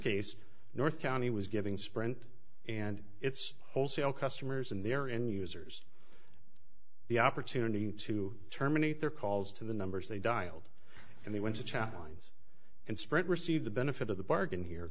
case north county was giving sprint and its wholesale customers and their end users the opportunity to terminate their calls to the numbers they dialed and they went to chat lines and sprint received the benefit of the bargain here